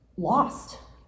lost